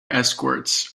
escorts